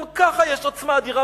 גם כך יש עוצמה אדירה,